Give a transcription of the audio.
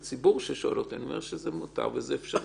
לציבור ששואל אותי אני אומר שזה מותר וזה אפשרי.